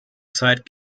zeit